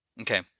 Okay